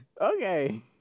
Okay